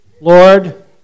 Lord